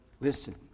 listen